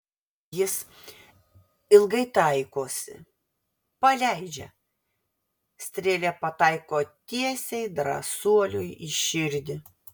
jis ilgai taikosi paleidžia strėlė pataiko tiesiai drąsuoliui į širdį